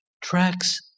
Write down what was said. Tracks